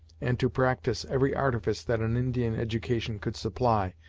and to practice every artifice that an indian education could supply,